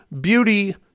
beauty